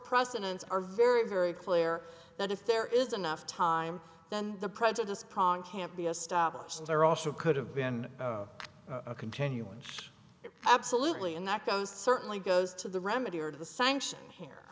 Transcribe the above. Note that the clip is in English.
precedents are very very clear that if there is enough time then the prejudice pong can't be a stopwatch and there also could have been a continuance absolutely and that goes certainly goes to the remedy or to the sanction here